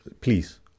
please